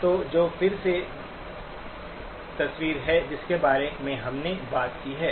तो जो फिर से तस्वीर है जिसके बारे में हमने बात की है